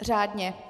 Řádně.